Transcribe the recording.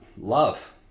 love